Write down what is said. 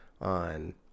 on